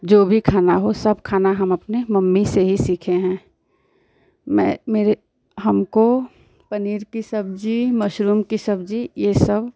जो भी खाना हो सब खाना हम अपनी मम्मी से ही सीखे हैं मैं मेरे हमको पनीर की सब्ज़ी मशरूम की सब्ज़ी यह सब